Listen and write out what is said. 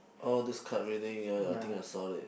oh this card reading ya ya I think I saw it